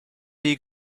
die